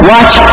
Watch